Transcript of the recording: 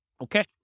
Okay